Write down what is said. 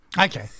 Okay